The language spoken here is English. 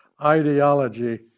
ideology